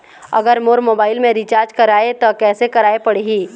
अगर मोर मोबाइल मे रिचार्ज कराए त कैसे कराए पड़ही?